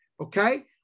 okay